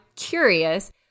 curious